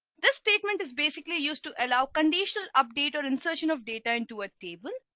this statement is basically used to allow conditional update or insertion of data into a table.